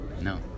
No